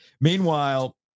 Meanwhile